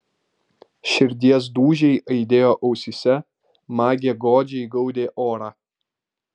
širdies dūžiai aidėjo ausyse magė godžiai gaudė orą